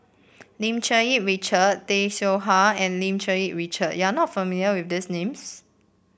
Lim Cherng Yih Richard Tay Seow Huah and Lim Cherng Yih Richard you are not familiar with these names